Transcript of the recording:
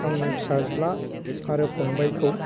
आंनि फिसाज्ला आरो फंबायखौ